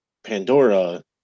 Pandora